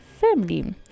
family